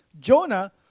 Jonah